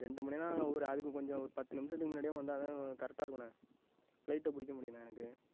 ரெண்டு மணினால் ஒர் அதுக்கு கொஞ்சம் ஓர் பத்து நிமிஷத்துக்கு முன்னாடியே வந்தால்தான் கரெக்டாருக்குண்ணே ஃபிளைட்டை பிடிக்க முடியுண்ணே எனக்கு